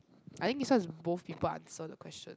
I think this one is both people answer the question